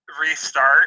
restart